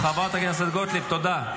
חברת הכנסת גוטליב, תודה.